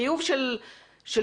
החיוב של שמירה.